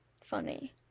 funny